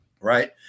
Right